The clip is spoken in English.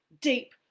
deep